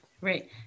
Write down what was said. Right